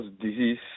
disease